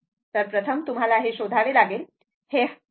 तर प्रथम तुम्हाला हे शोधावे लागेल हे 100 पहा